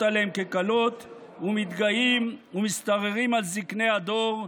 עליהם כקלות ומתגאים ומשתררים על זקני הדור,